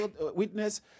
witness